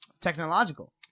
technological